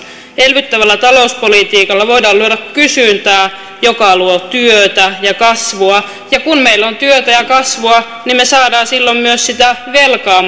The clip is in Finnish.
elvyttävällä talouspolitiikalla voidaan luoda kysyntää joka luo työtä ja kasvua ja kun meillä on työtä ja kasvua niin me saamme silloin myös sitä velkaa